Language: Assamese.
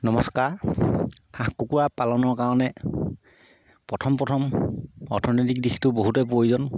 নমস্কাৰ হাঁহ কুকুৰা পালনৰ কাৰণে প্ৰথম প্ৰথম অৰ্থনৈতিক দিশটো বহুতেই প্ৰয়োজন